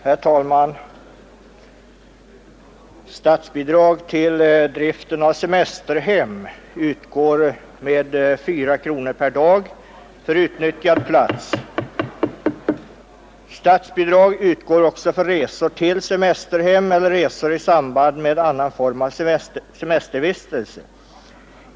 Herr talman! Statsbidrag utgår till driften av semesterhem med 4 kronor per dag för utnyttjad plats samt för resor till semesterhem eller resor i samband med annan form av semestervistelse.